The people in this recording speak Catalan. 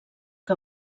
que